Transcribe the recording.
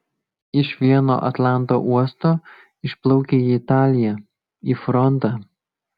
iš vieno atlanto uosto išplaukia į italiją į frontą